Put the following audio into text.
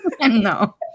No